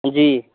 हां जी